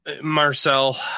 Marcel